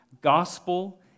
gospel